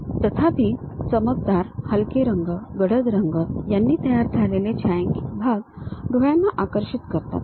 तथापि चमकदार हलके रंग गडद रंग यांनी तयार झालेले छायांकित भाग डोळ्यांना आकर्षित करतात